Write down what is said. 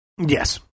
Yes